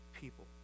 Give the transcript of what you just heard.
people